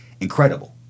incredible